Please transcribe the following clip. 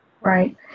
Right